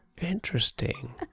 interesting